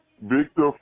Victor